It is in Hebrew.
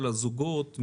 אלא זוגות,